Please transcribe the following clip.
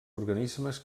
organismes